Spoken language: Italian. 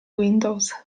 windows